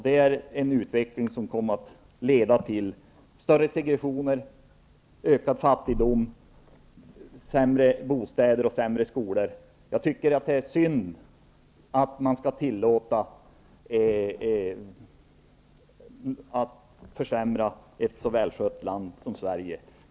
Det är en utveckling som kommer att leda till större segregation, ökad fattigdom, sämre bostäder och sämre skolor. Jag tycker att det är synd att man skall tillåta att ett så välskött land som Sverige försämras.